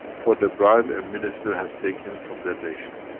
for the bribe and minister has taken from their nation.